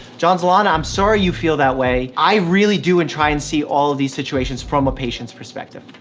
jonslana, i'm sorry you feel that way. i really do and try and see all of these situations from a patient's perspective.